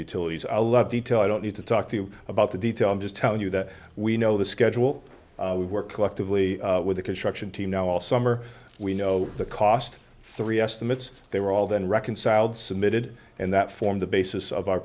utilities a lot of detail i don't need to talk to you about the detail just tell you that we know the schedule we work collectively with the construction team know all summer we know the cost three estimates they were all then reconciled submitted and that form the basis of our